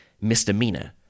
misdemeanor